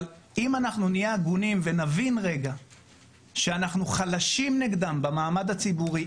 אבל אם נהיה הגונים ונבין שאנחנו חלשים נגדם במעמד הציבורי,